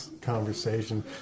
Conversation